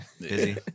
busy